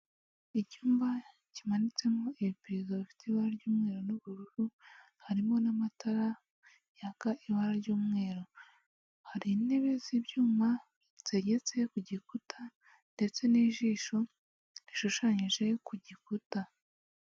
Icyumba kimanitsemo iri perereza bifite ibara ry'umweru n'ubururu harimo n'amatara yaka ibara ry'umweru, hari intebe z'ibyuma zigetse ku gikuta ndetse n'ijisho rishushanyije ku gikuta.